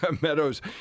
Meadows